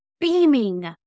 beaming